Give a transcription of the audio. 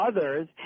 others